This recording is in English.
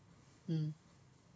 mm